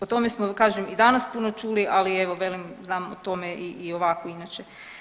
O tome smo kažem i danas puno čuli, ali evo velim znam o tome i ovako inače.